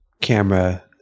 camera